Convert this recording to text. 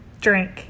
Drink